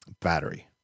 battery